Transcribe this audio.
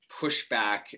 pushback